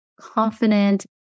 confident